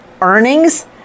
earnings